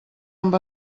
amb